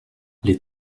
les